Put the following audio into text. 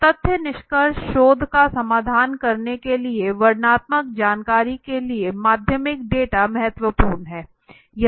तो तथ्य निष्कर्ष शोध का समर्थन करने के लिए वर्णनात्मक जानकारी के लिए माध्यमिक डेटा महत्त्वपूर्ण है